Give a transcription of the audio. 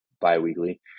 bi-weekly